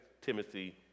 timothy